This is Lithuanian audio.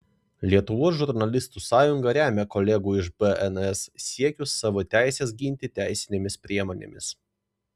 lietuvos žurnalistų sąjunga remia kolegų iš bns siekius savo teises ginti teisinėmis priemonėmis